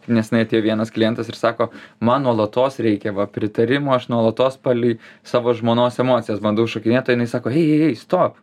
nesenai atėjo vienas klientas ir sako man nuolatos reikia va pritarimo aš nuolatos palei savo žmonos emocijas bandau šokinėt o jinai sako ėj ėj ėj stop